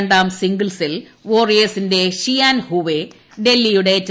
രണ്ടാം സിംഗിൾസിൽ വാരിയേഴ്സിന്റെ ഷിയാൻ ഹൂവേ ഡൽഹിയുടെ എച്ച